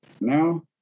now